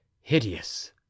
hideous